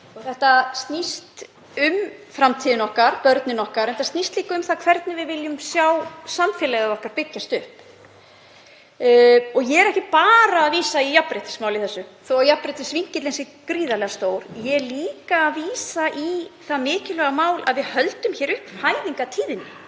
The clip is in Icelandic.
Þetta snýst um framtíðina okkar, börnin okkar og þetta snýst líka um það hvernig við viljum sjá samfélagið byggjast upp. Ég er ekki bara að vísa í jafnréttismál í þessu þótt jafnréttisvinkillinn sé gríðarlega stór. Ég er líka að vísa í það mikilvæga mál að við höldum hér uppi fæðingartíðni.